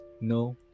No